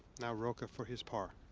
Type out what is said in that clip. now. rocca for his par.